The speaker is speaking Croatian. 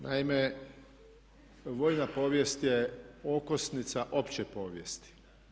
Naime vojna povijest je okosnica opće povijesti.